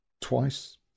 Twice